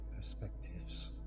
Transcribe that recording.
perspectives